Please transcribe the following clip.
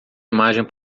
imagem